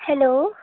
hello